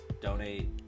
donate